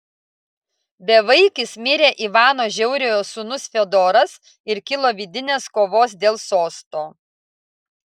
bevaikis mirė ivano žiauriojo sūnus fiodoras ir kilo vidinės kovos dėl sosto